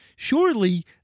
Surely